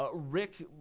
ah rick,